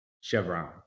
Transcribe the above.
chevron